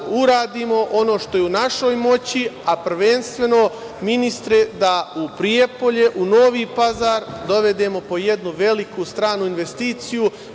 uradimo ono što je u našoj moći, a prvenstveno ministre, da u Prijepolje u Novi Pazar dovedemo po jednu veliku stranu investiciju. Mislim